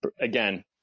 Again